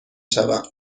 شوم